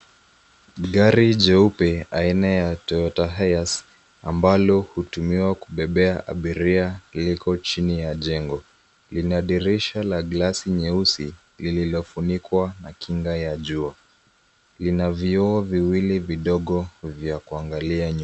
Gari jeupe, aina ya Toyota Hiace ambalo hutumiwa kubebea abiria, liko chini ya jengo. Lina dirisha la glasi nyeusi lililofunikwa na kinga ya jua. Lina vioo viwili vidogo vya kuangalia nyuma.